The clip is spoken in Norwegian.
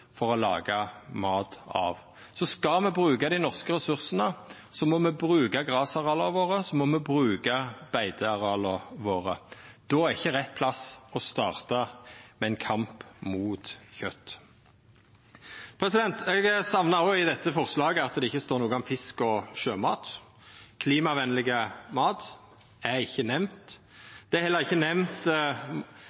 for å laga mat av. Skal me bruka dei norske ressursane, må me bruka grasareala våre, me må bruka beiteareala våre. Då er det ikkje rett å starta ein kamp mot kjøt. Eg sakna i dette forslaget noko om fisk og sjømat – klimavenleg mat er ikkje nemnd. Det vart heller ikkje nemnt